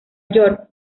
york